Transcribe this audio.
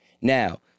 Now